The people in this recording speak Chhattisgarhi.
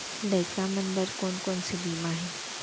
लइका मन बर कोन कोन से बीमा हे?